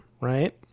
right